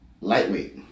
Lightweight